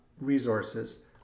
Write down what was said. resources